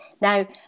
Now